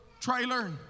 trailer